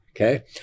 Okay